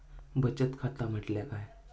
बचत खाता म्हटल्या काय?